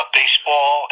baseball